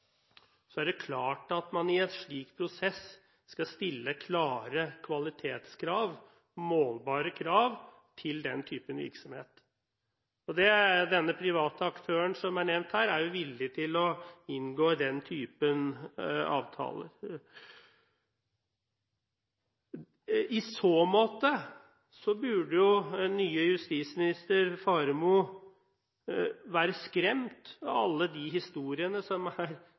er det klart at man i en slik prosess skal stille klare kvalitetskrav, målbare krav, til den typen virksomhet. Denne private aktøren som er nevnt her, er villig til å inngå den type avtale. I så måte burde den nye justisministeren, Faremo, være skremt av alle de historiene som nettopp er